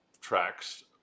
tracks